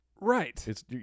Right